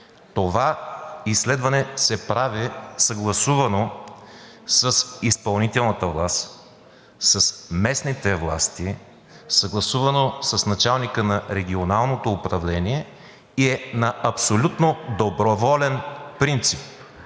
Това изследване се прави съгласувано с изпълнителната власт, с местните власти, съгласувано с началника на Регионалното управление и е на абсолютно доброволен принцип.